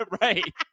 Right